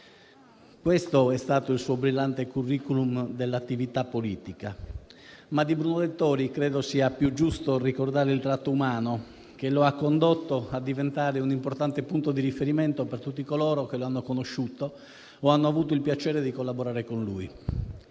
Questo è stato il suo brillante *curriculum* dell'attività politica, ma di Bruno Dettori credo sia più giusto ricordare il tratto umano, che lo ha condotto a diventare un importante punto di riferimento per tutti coloro che l'hanno conosciuto o hanno avuto il piacere di collaborare con lui.